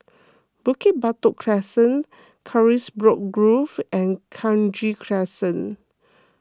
Bukit Batok Crescent Carisbrooke Grove and Kranji Crescent